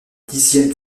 dixième